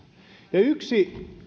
ja yksi